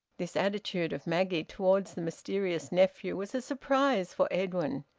this attitude of maggie towards the mysterious nephew was a surprise for edwin.